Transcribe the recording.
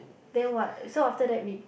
then what so after that we